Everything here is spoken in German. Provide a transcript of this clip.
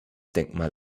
denkmal